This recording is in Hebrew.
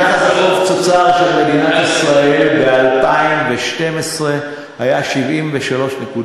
יחס החוב תוצר של מדינת ישראל ב-2012 היה 73.4,